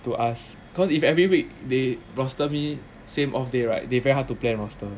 to us cause if every week they roster me same off day right they very hard to plan roster